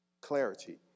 clarity